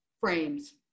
frames